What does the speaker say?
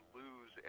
lose